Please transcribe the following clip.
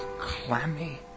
clammy